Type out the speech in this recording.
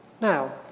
Now